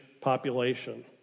population